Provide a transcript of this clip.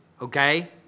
okay